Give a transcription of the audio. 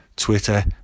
Twitter